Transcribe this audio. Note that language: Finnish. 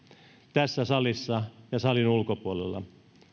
tässä salissa ja salin ulkopuolella